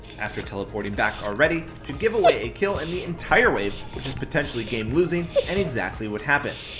after teleporting back already, she'd give away a kill and the entire wave, which is potentially game-losing and exactly what happened.